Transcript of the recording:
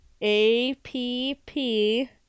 A-P-P